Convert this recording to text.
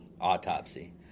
autopsy